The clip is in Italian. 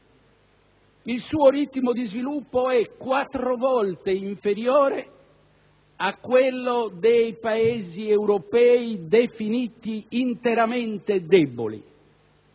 il suo ritmo di sviluppo è quattro volte inferiore a quello dei Paesi europei definiti «interamente deboli»,